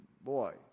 boy